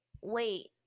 Wait